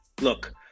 Look